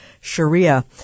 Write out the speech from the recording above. Sharia